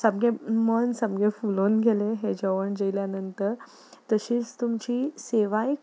सामकें मन सामकें फुलोवन गेलें हें जेवण जेयल्या नंतर तशीच तुमची सेवाय